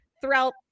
throughout